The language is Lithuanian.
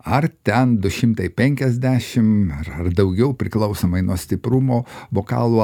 ar ten du šimtai penkiasdešimt ar daugiau priklausomai nuo stiprumo bokalų